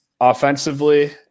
offensively